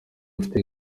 ufite